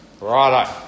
Righto